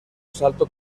asalto